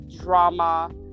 drama